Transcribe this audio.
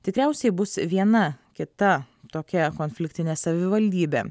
tikriausiai bus viena kita tokia konfliktinė savivaldybė